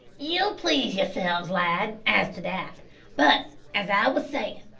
ye'll please yourselves, lads, as to that but, as i wos sayin',